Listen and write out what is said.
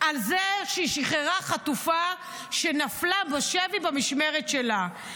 על זה שהיא שחררה חטופה שנפלה בשבי במשמרת שלה.